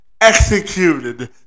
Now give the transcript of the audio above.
executed